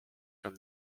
from